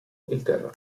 inghilterra